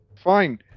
Fine